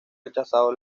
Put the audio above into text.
rechazado